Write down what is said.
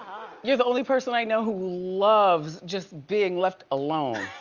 you're the only person i know who loves just being left alone.